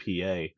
PA